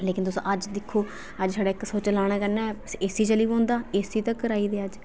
ले्किन तुस अज्ज दिक्खो अज्ज इक स्विच लाने कन्नै ए सी चली पौंदा एसी तगर आई गे न अज्ज